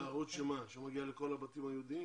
זה ערוץ שמגיע לכל הבתים היהודיים?